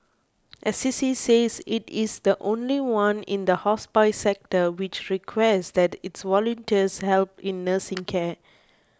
Assisi says it is the only one in the hospice sector which requests that its volunteers help in nursing care